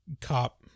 cop